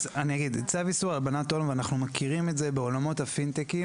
צו איסור הלבנת הון ואנחנו מכירים את זה בעולמות הפינטקים